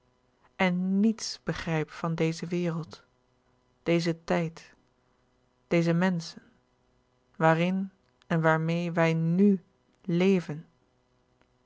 en niets begrijp van deze wereld dezen tijd deze menschen waarin en waarmeê wij n u leven